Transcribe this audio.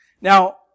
Now